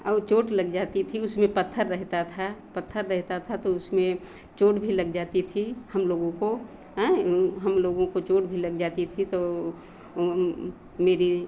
और चोट लग जाती थी उसमें पत्थर रहता था पत्थर रहता था तो उसमें चोट भी लग जाती थी हम लोगों को हम लोगों को चोट भी लग जाती थी तो मेरी